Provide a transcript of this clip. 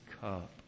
cup